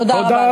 תודה רבה.